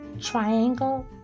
Triangle